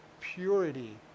purity